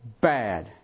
bad